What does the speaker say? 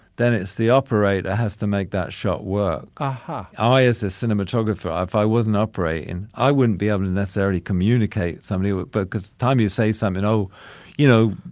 then it's the operator has to make that shot work. aha. i as a cinematographer, if i wasn't upright and i wouldn't be able to necessarily communicate somebody. but because time you say something. oh you know,